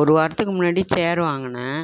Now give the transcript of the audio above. ஒரு வாரத்துக்கு முன்னாடி சேர் வாங்கினேன்